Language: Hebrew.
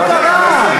מה קרה?